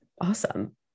Awesome